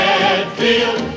Redfield